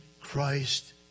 Christ